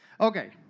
okay